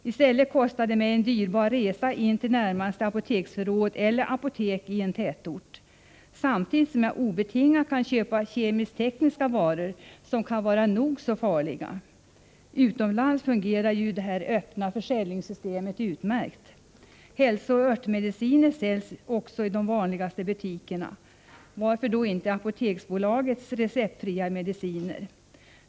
I stället kostar det mig en dyrbar resa till närmaste apoteksförråd eller apotek i en tätort, samtidigt som jag obetingat kan köpa kemisk-tekniska varor, som kan vara nog så farliga. Utomlands fungerar det öppna försäljningssystemet utmärkt. Hälsooch örtmediciner säljs också i de vanliga butikerna. Varför då inte Apoteksbolagets receptfria mediciner?